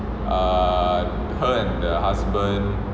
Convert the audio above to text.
err her and the husband